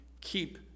keep